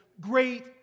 great